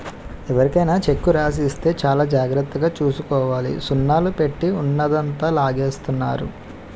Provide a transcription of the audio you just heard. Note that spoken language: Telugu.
ఎవరికైనా చెక్కు రాసి ఇస్తే చాలా జాగ్రత్తగా చూసుకోవాలి సున్నాలు పెట్టి ఉన్నదంతా లాగేస్తున్నారు